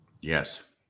Yes